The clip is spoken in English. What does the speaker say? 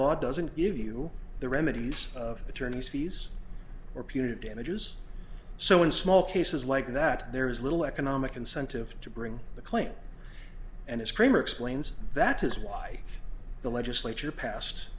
law doesn't give you the remedies of attorneys fees or punitive damages so in small cases like that there is little economic incentive to bring the claim and it's kramer explains that is why the legislature pas